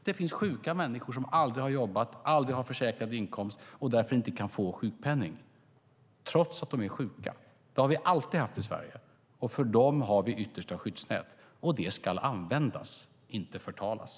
Det finns sjuka människor som aldrig har jobbat och aldrig haft försäkrad inkomst och därför inte kan få sjukpenning trots att de är sjuka. Det har vi alltid haft i Sverige. För dem har vi ett yttersta skyddsnät, och det ska användas, inte förtalas.